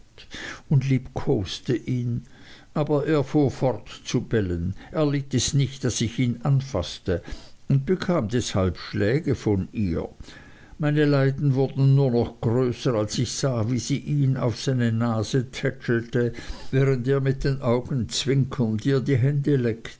und liebkoste ihn aber er fuhr fort zu bellen er litt es nicht daß ich ihn anfaßte und bekam deshalb schläge von ihr meine leiden wurden nur noch größer als ich sah wie sie ihn auf seine nase tätschelte während er mit den augen zwinkernd ihr die hände leckte